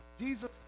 Jesus